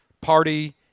Party